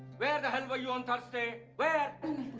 where the hell were you on thursday? where?